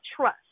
trust